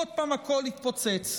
עוד פעם הכול התפוצץ.